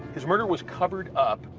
his murder was covered up,